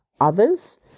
others